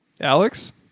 Alex